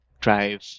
drive